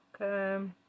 Okay